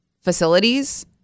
facilities